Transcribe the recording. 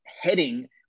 heading